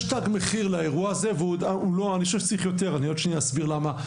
יש תג מחיר לאירוע הזה ואני חושב שצריך יותר ועוד שנייה אסביר למה.